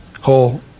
whole